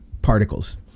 Particles